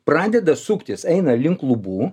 pradeda suktis eina link lubų